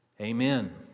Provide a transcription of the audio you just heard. Amen